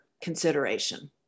consideration